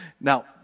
Now